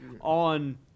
on